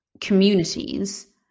communities